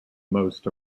most